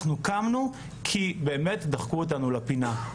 אנחנו קמנו כי באמת דחקו אותנו לפינה.